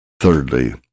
Thirdly